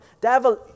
Devil